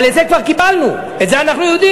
אבל את זה כבר קיבלנו, את זה אנחנו יודעים.